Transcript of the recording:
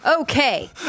Okay